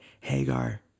Hagar